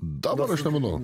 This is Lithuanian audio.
dabar aš nemanau